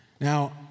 Now